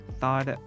thought